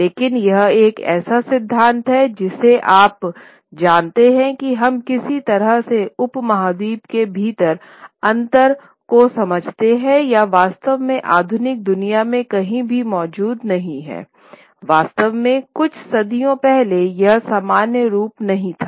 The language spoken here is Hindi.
लेकिन यह एक ऐसा सिद्धांत था जिसे आप जानते हैं कि हम किस तरह से उपमहाद्वीप के भीतर अंतर को समझते हैं या वास्तव में आधुनिक दुनिया में कहीं भी मौजूद नहीं था वास्तव में कुछ सदियों पहले यह समान रूप नहीं था